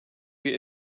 bir